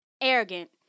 arrogant